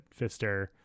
fister